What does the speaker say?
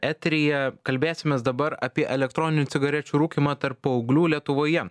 eteryje kalbėsimės dabar apie elektroninių cigarečių rūkymą tarp paauglių lietuvoje